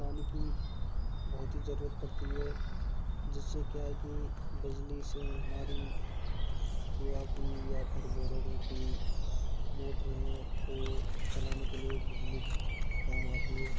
पानी की बहुत ही ज़रूरत पड़ती है जिस से क्या है कि बिजली से हमारी कुआँ की या फिर बोरोंग की मोटरें हैं वो चलाने के लिए बिजली काम आती है